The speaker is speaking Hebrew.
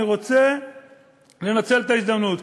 אני רוצה לנצל את ההזדמנות,